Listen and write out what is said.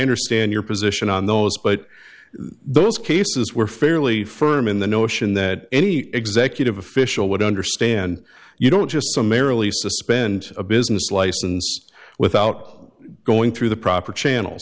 understand your position on those but those cases were fairly firm in the notion that any executive official would understand you don't just summarily suspend a business license without going through the proper channels